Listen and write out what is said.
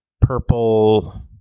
purple